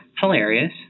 hilarious